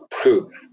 proof